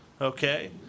okay